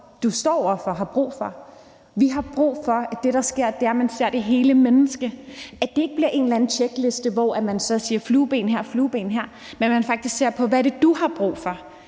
du står over for, har brug for. Vi har brug for, at det, der sker, er, at man ser på det hele menneske, og at det ikke bliver en eller anden tjekliste, hvor man så sætter et flueben her og et flueben der, men at man faktisk ser på, hvad det er, du har brug for,